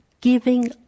giving